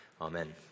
Amen